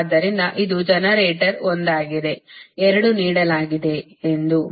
ಆದ್ದರಿಂದ ಇದು ಜನರೇಟರ್ ಒಂದಾಗಿದೆ 2 ನೀಡಲಾಗಿದೆಯೆಂದು ಮತ್ತು ಇದು ನಿಮ್ಮ j 0